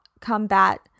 combat